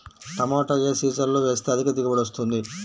టమాటా ఏ సీజన్లో వేస్తే అధిక దిగుబడి వస్తుంది?